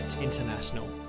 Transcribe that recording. International